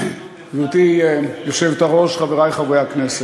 גברתי היושבת-ראש, חברי חברי הכנסת,